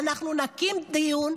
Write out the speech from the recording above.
אנחנו נקיים דיון.